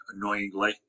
annoyingly